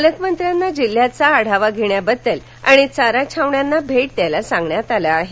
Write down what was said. पालकमंत्र्यांना जिल्ह्यांचा आढावा घेण्याबद्दल आणि चारा छावण्यांना भेट द्यायला सांगण्यात आलं आहे